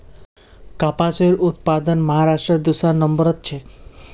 कपासेर उत्पादनत महाराष्ट्र दूसरा नंबरत छेक